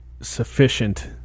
Sufficient